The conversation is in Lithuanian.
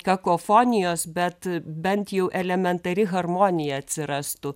kakofonijos bet bent jau elementari harmonija atsirastų